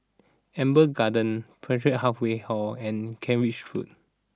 Amber Garden Pertapis Halfway House and Kent Ridge Road